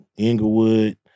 Inglewood